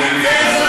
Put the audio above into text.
מציע, איזה צעדים?